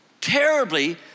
terribly